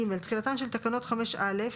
(ג)תחילתן של תקנות 5(א)